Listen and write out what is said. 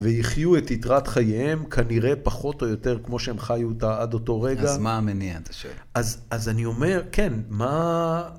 ויחיו את יתרת חייהם כנראה פחות או יותר כמו שהם חיו אותה עד אותו רגע. אז מה המניע אתה שואל? אז אני אומר, כן, מה...